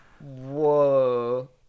Whoa